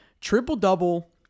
triple-double